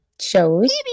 shows